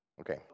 Okay